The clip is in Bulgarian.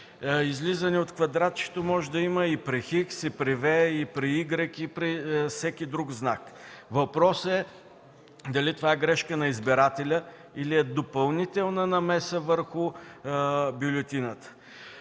Излизане от квадратчето може да има и при „Х”, и при „V”, и при „Y”, и при всеки друг знак. Въпросът е дали това е грешка на избирателя или е допълнителна намеса върху бюлетината.